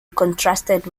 contrasted